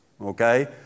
okay